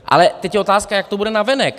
Ale teď je otázka, jak to bude navenek.